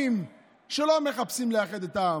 אתם הגדרתם